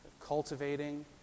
cultivating